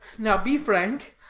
now be frank.